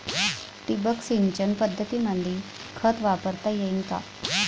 ठिबक सिंचन पद्धतीमंदी खत वापरता येईन का?